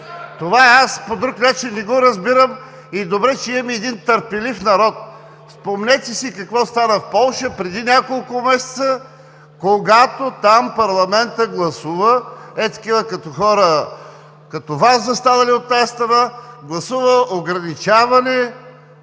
правим. Аз по друг начин не го разбирам. Добре, че имаме търпелив народ. Спомнете си какво стана в Полша преди няколко месеца, когато там парламентът гласува – такива хора като Вас, застанали от тази страна, гласуваха ограничаване